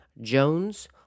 Jones